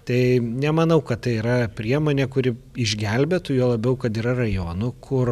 tai nemanau kad tai yra priemonė kuri išgelbėtų juo labiau kad yra rajonų kur